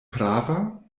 prava